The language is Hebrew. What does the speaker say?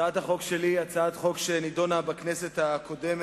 הצעת החוק שלי היא הצעת חוק שנדונה בכנסת הקודמת,